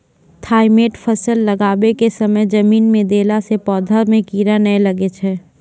Thimet फ़सल लगाबै के समय जमीन मे देला से पौधा मे कीड़ा नैय लागै छै?